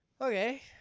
Okay